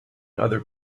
other